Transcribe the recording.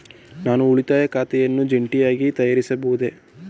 ನಾನು ಉಳಿತಾಯ ಖಾತೆಯನ್ನು ಜಂಟಿಯಾಗಿ ತೆರೆಯಬಹುದೇ?